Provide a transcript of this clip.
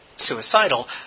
suicidal